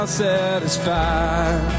satisfied